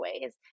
ways